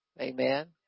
amen